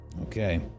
Okay